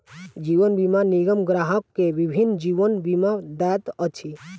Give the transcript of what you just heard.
जीवन बीमा निगम ग्राहक के विभिन्न जीवन बीमा दैत अछि